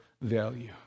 value